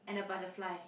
and a butterfly